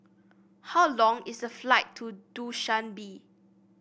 how long is the flight to Dushanbe